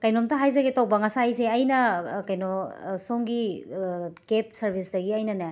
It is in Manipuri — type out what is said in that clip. ꯀꯩꯅꯣꯝꯇ ꯍꯥꯏꯖꯒꯦ ꯇꯧꯕ ꯉꯁꯥꯏꯁꯦ ꯑꯩꯅ ꯀꯩꯅꯣ ꯁꯣꯝꯒꯤ ꯀꯦꯞ ꯁꯔꯕꯤꯁꯇꯒꯤ ꯑꯩꯅꯅꯦ